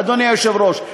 אדוני היושב-ראש.